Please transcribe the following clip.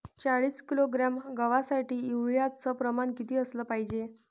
चाळीस किलोग्रॅम गवासाठी यूरिया च प्रमान किती असलं पायजे?